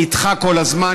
נדחה כל הזמן,